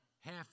half